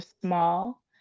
small